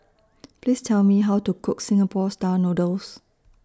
Please Tell Me How to Cook Singapore Style Noodles